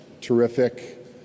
terrific